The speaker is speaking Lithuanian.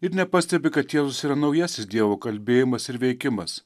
ir nepastebi kad jėzus yra naujasis dievo kalbėjimas ir veikimas